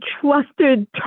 trusted